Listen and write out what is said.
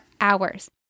hours